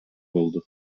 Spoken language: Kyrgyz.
болду